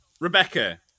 Rebecca